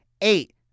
eight